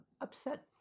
upset